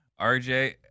RJ